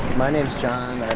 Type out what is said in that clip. my name's john, i'm